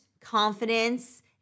confidence